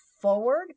forward